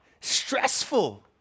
stressful